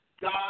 God